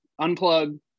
Unplug